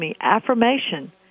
affirmation